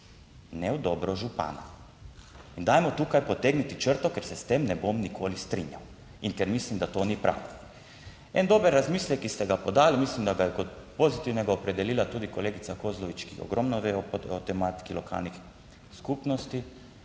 Ne v dobro župana. In dajmo tukaj potegniti črto, ker se s tem ne bom nikoli strinjal in ker mislim, da to ni prav. En dober razmislek, ki ste ga podali, mislim, da ga je kot pozitivnega opredelila tudi kolegica Kozlovič, ki ogromno ve o tematiki lokalnih skupnosti,